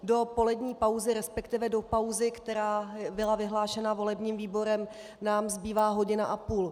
Do polední pauzy, respektive do pauzy, která byla vyhlášena volebním výborem, nám zbývá hodina a půl.